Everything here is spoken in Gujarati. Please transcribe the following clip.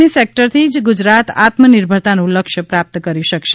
ઈ સેકટરથી જ ગુજરાત આત્મનિર્ભરતાનું લક્ષ્ય પ્રાપ્ત કરી શકશે